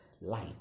light